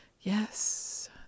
Yes